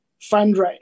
fundraise